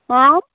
हाँ